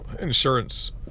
insurance